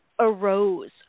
arose